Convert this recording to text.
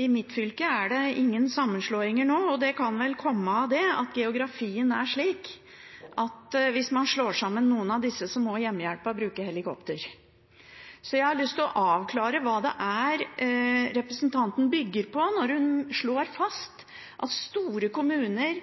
I mitt fylke er det ingen sammenslåinger nå, og det kan vel komme av at geografien er slik at hvis man slår sammen noen av disse, må hjemmehjelpen bruke helikopter. Så jeg har lyst til å avklare hva det er representanten bygger på, når hun slår fast at store kommuner